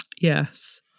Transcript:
Yes